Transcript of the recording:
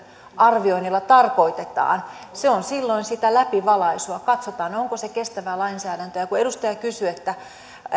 arvioinnilla tarkoitetaan se on silloin sitä läpivalaisua katsotaan onko se kestävää lainsäädäntöä kun edustaja kysyi